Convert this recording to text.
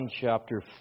chapter